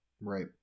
Right